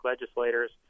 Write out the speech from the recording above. legislators